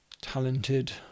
talented